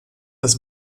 das